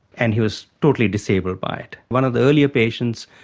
and he was totally disabled by it. one of the earlier patients,